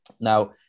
Now